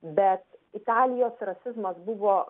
bet italijos rasizmas buvo